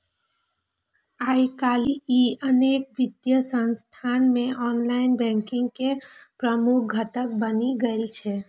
आइकाल्हि ई अनेक वित्तीय संस्थान मे ऑनलाइन बैंकिंग के प्रमुख घटक बनि गेल छै